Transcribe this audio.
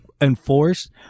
enforced